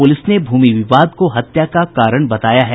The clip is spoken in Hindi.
पुलिस ने भूमि विवाद को हत्या का कारण बताया है